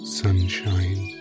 sunshine